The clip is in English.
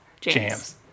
jams